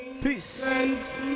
peace